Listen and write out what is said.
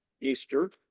Easter